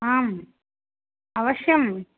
आम् अवश्यम्